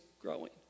growing